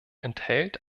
enthält